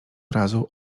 razu